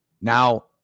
now